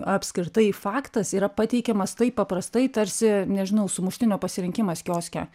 apskritai faktas yra pateikiamas taip paprastai tarsi nežinau sumuštinio pasirinkimas kioske